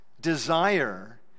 desire